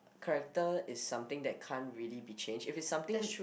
character is something that can't really be change if it's something